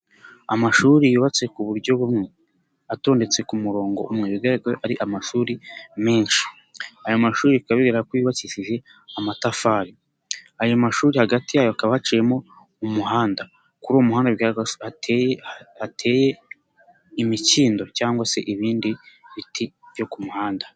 Amashuri yubatse ku buryo bumwe, atondetse ku murongo umwe, bigaragarako ari amashuri menshi, aya mashuri bikaba bigaragara ko yubakishije amatafari, ayo mashuri hagati yayo hakaba haciyemo umuhanda, kuri uwo muhanda bigaragara ko hateye hateye imikindo cyangwa se ibindi biti byo ku muhanda.